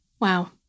Wow